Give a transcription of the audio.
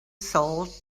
salt